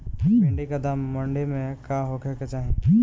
भिन्डी के दाम मंडी मे का होखे के चाही?